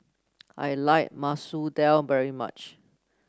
I like Masoor Dal very much